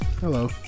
Hello